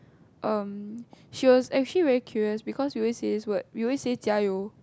um she was actually very curious because we always say what we always say 加油: jia you